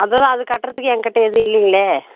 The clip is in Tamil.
அது தான் அது கட்டுறதுக்கு ஏன் கிட்ட எதுவும் இல்லைங்களே